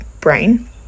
brain